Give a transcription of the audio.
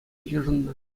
йышӑннӑ